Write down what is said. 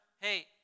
hey